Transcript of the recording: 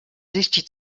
sich